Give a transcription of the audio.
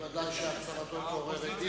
אני מקווה שהצהרתו תעורר הדים.